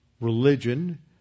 religion